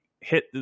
hit